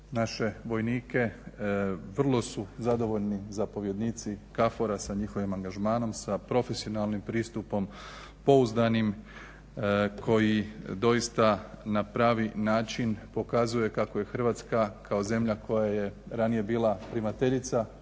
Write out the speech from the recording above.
naše vojnike. Vrlo su zadovoljni zapovjednici KFOR-a sa njihovim angažmanom, sa profesionalnim pristupom, pouzdanim koji doista na pravi način pokazuje kako je Hrvatska kao zemlja koja je ranije bila primateljica